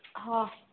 ହଁ